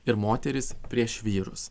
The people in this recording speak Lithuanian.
ir moterys prieš vyrus